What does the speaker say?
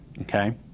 Okay